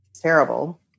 terrible